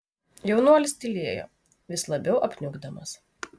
jaunuolis tylėjo vis labiau apniukdamas